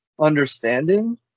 understanding